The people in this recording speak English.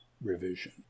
revision